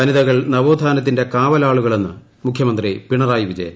വനിതകൾ നവോത്ഥാന്ത്തിന്റെ കാവലാളുകളെന്ന് മുഖ്യമന്ത്രി പിണിറാ്യി വിജയൻ